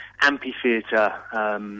amphitheatre